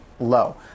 low